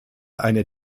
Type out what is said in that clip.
eine